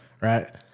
Right